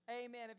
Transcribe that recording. amen